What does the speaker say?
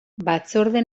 batzorde